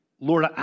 Lord